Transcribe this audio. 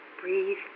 breathe